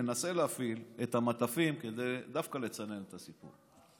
מנסה להפעיל את המטפים כדי דווקא לצנן את הסיפור.